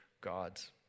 gods